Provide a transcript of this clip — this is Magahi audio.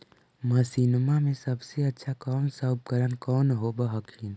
मसिनमा मे सबसे अच्छा कौन सा उपकरण कौन होब हखिन?